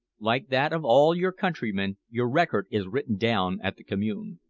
like that of all your countrymen, your record is written down at the commune.